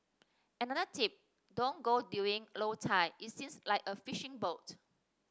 another tip don't go during low tide it smells like a fishing boat